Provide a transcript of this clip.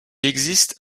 existe